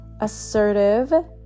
assertive